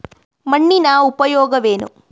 ಮಣ್ಣಿನ ಉಪಯೋಗವೇನು?